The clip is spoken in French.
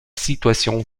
situation